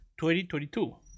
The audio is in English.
2022